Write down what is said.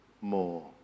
more